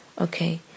okay